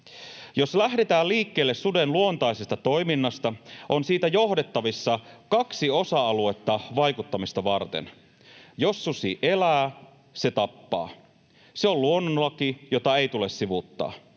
Jos lähdetään liikkeelle suden luotaisesta toiminnasta, on siitä johdettavissa kaksi osa-aluetta vaikuttamista varten: Jos susi elää, se tappaa. Se on luonnonlaki, jota ei tule sivuuttaa.